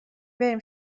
بریم